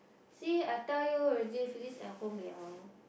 see I tell you already Phyllis at home liao